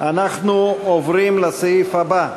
אנחנו עוברים לסעיף הבא: